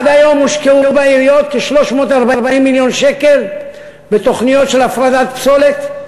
עד היום הושקעו בעיריות כ-340 מיליון שקלים בתוכניות של הפרדת פסולת.